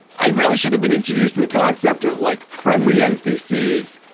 i really should have been introduced to the concept of like friendly npcs,